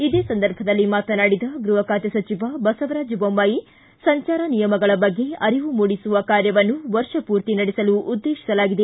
ಈ ಸಂದರ್ಭದಲ್ಲಿ ಮಾತನಾಡಿದ ಗೃಹ ಖಾತೆ ಸಚಿವ ಬಸವರಾಜ ಬೊಮ್ಮಾಯಿ ಸಂಚಾರ ನಿಯಮಗಳ ಬಗ್ಗೆ ಅರಿವು ಮೂಡಿಸುವ ಕಾರ್ಯವನ್ನು ವರ್ಷ ಪೂರ್ತಿ ನಡೆಸಲು ಉದ್ದೇಶಿಸಲಾಗಿದೆ